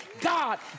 God